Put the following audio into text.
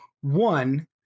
One